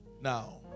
Now